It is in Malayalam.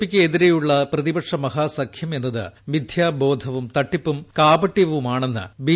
പിയ്ക്ക് എതിരെയുള്ള പ്രതിപക്ഷ മഹാസഖ്യം എന്നത് മിഥ്യാ ബോധവും തട്ടിപ്പും കാപട്യവുമാണെന്ന് ബി